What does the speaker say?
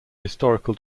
historical